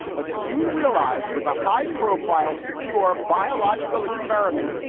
but soon realized was a high profile, secure biological experiment.